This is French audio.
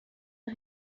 est